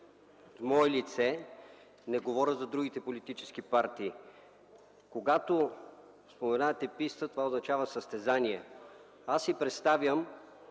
от мое име, не говоря за другите политически партии. Когато споменавате писта, това означава състезание. Аз си представям